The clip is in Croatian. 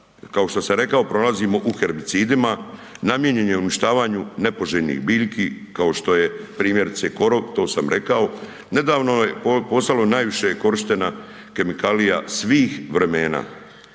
kao što sam rekao pronalazimo u herbicidima, namijenjen je uništavanju nepoželjnih biljki kao što je primjerice korov to sam rekao. Nedavno je postalo najviše korištena kemikalija svih vremena.